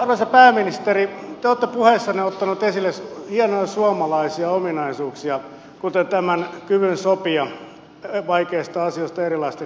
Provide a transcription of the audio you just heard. arvoisa pääministeri te olette puheissanne ottanut esille hienoja suomalaisia ominaisuuksia kuten tämän kyvyn sopia vaikeista asioista erilaisten ihmisten kesken